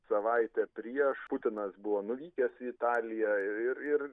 savaitę prieš putinas buvo nuvykęs į italiją ir ir